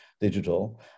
digital